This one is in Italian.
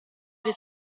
dei